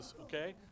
Okay